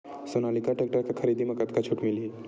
Sonalika tractor के खरीदी मा कतका छूट मीलही?